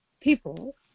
people